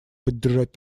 поддержать